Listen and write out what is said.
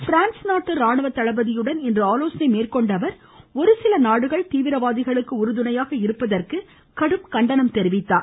prawns நாட்டு ராணுவ தளபதியுடன் இன்று ஆலோசனை மேற்கொண்ட அவர் ஒருசில நாடுகள் தீவிரவாதிகளுக்கு உறுதுணையாக இருப்பதற்கு கடும் கண்டனம் தெரிவித்துள்ளார்